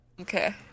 Okay